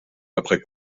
après